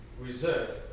reserve